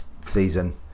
season